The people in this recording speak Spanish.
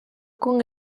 con